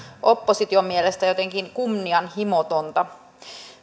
opposition mielestä jotenkin kunnianhimotonta